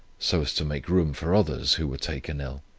so as to make room for others, who were taken ill.